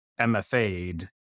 mfa'd